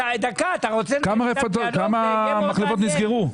כמה מחלבות נסגרו?